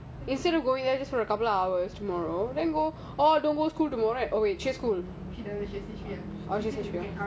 instead of going there just for a couple of hours tomorrow then oh don't go school tomorrow just chill